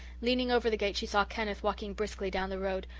leaning over the gate she saw kenneth walking briskly down the road,